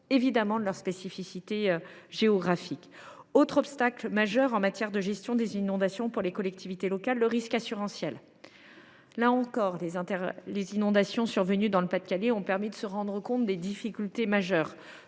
compte de leurs spécificités géographiques. Autre problème majeur en matière de gestion des inondations pour les collectivités locales : le risque assurantiel. Là encore, les inondations survenues dans le Pas de Calais ont permis de se rendre compte des difficultés. Je pense